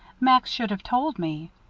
max should have told me.